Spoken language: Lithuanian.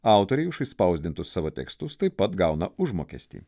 autoriai už išspausdintus savo tekstus taip pat gauna užmokestį